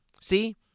See